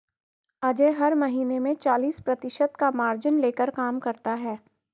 अजय हर महीने में चालीस प्रतिशत का मार्जिन लेकर काम करता है